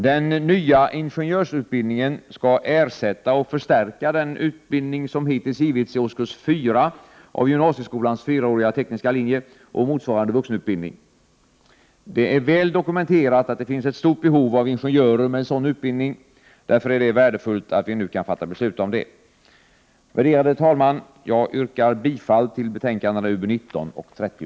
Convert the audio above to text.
Den nya ingenjörsutbildningen skall ersätta och förstärka den utbildning som hittills givits i årskurs fyra av gymnasieskolans fyraåriga tekniska linje — och motsvarande vuxenutbildning. Det är väl dokumenterat att det finns ett stort behov av ingenjörer med en sådan utbildning. Därför är det värdefullt att vi nu kan fatta beslut om det. Värderade talman! Jag yrkar bifall till utbildningsutskottets hemställan i betänkandena 19 och 30.